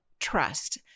trust